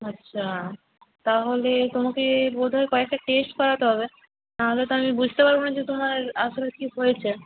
আচ্ছা তাহলে তোমাকে বোধ হয় কয়েকটা টেস্ট করাতে হবে নাহলে তো আমি বুঝতে পারবো না যে তোমার আসলে কি হয়েছে